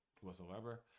whatsoever